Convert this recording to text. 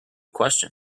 question